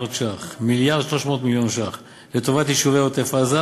מיליארד ש"ח לטובת יישובי עוטף-עזה,